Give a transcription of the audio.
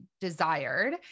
desired